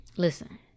listen